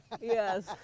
Yes